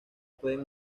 pueden